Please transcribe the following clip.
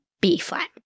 B-flat